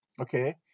Okay